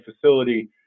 facility